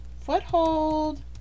foothold